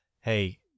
Hey